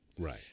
Right